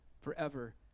forever